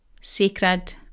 sacred